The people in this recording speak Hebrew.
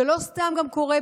זה לא סתם גם קורה,